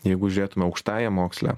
jeigu žiūrėtume aukštajam moksle